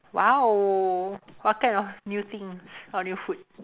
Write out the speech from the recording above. !wow! what kind of new things on your food